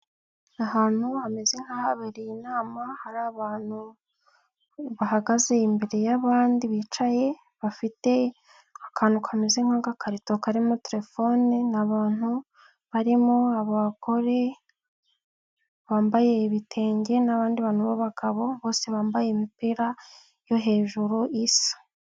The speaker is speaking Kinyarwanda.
Ahantu hameze nk'ahabereye inama hari abantu bahagaze imbere y'abandi bicaye, bafite akantu kameze nk'agakarito karimo telefone, ni abantu barimo abagore bambaye ibitenge n'abandi bantu b'abagabo bose bambaye imipira yo hejuru isa.